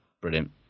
Brilliant